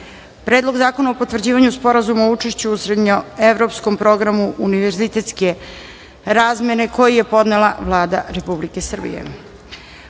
Predlog zakona o potvrđivanju Sporazuma o učešću u Srednjoevropskom programu univerzitetske razmene („CEEPUS IV“), koji je podnela Vlada Republike Srbije;30.